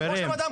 יו"ר הוועדה